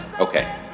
Okay